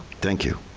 thank you.